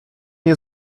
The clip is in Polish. nie